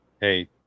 hey